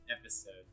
episode